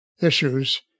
issues